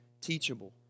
teachable